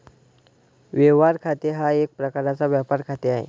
व्यवहार खाते हा एक प्रकारचा व्यापार खाते आहे